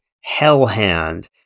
hell-hand